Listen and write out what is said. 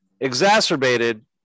exacerbated